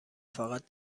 فقط